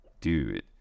dude